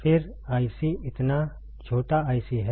फिर आईसी इतना छोटा आईसी है